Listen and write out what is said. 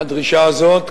הדרישה הזאת,